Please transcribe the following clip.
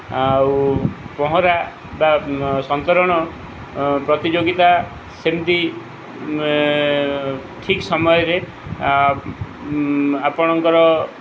ଆଉ ପହଁରା ବା ସନ୍ତରଣ ପ୍ରତିଯୋଗିତା ସେମିତି ଠିକ୍ ସମୟରେ ଆପଣଙ୍କର